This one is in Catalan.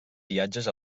viatges